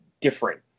different